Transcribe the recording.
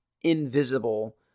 invisible